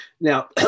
Now